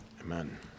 Amen